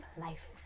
life